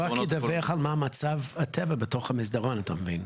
הוא רק ידווח על מצב הטבע בתוך המסדרון, אתה מבין?